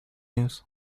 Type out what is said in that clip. news